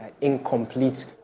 incomplete